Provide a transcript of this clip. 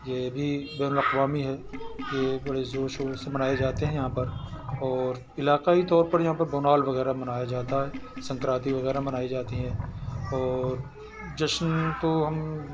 یہ بھی بین الاقوامی ہے یہ بڑے زوروں شوروں سے منائے جاتے ہیں یہاں پر اور علاقائی طور پر یہاں پر ڈونال وغیرہ منایا جاتا ہے سنکرانتی وغیرہ منائی جاتی ہے اور جشن تو ہم